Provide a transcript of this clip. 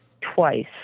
twice